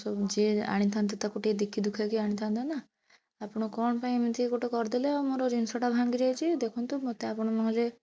ଏସବୁ ଯିଏ ଆଣିଥାନ୍ତି ତାକୁ ଟିକେ ଦେଖି ଦୂଖା କରି ଆଣିଥାନ୍ତେ ନା ଆପଣ କ'ଣ ପାଇଁ ଏମତି ଗୋଟେ କରିଦେଲେ ଆଉ ମୋର ଜିନିଷଟା ଭାଙ୍ଗି ଯାଇଛି ଦେଖନ୍ତୁ ମୋତେ ଆପଣ ନହେଲେ